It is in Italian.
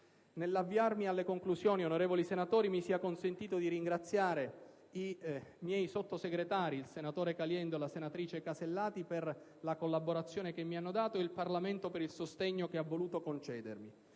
Nell'avviarmi alle conclusioni, onorevoli senatori, mi sia consentito di ringraziare i miei sottosegretari, il senatore Caliendo e la senatrice Alberti Casellati, per la collaborazione che mi hanno dato, e il Parlamento, per il sostegno che ha voluto concedermi.